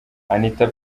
anita